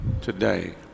today